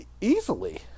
easily